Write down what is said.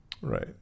Right